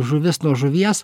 žuvis nuo žuvies